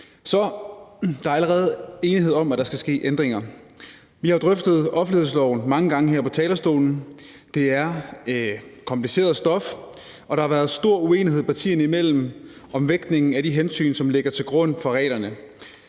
Så der er allerede enighed om, at der skal ske ændringer. Vi har drøftet offentlighedsloven mange gange her fra talerstolen. Det er kompliceret stof, og der har været stor uenighed partierne imellem om vægtningen af de hensyn, som ligger til grund for reglerne.